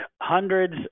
hundreds